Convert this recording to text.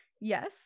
Yes